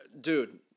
Dude